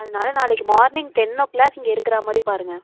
அதனால் நாளைக்கு morning ten o'clock இங்கே இருக்கிற மாதிரி பாருங்கள்